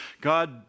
God